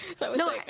No